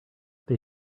they